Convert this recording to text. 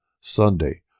Sunday